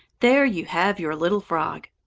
there you have your little frog